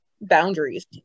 boundaries